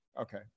Okay